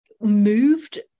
moved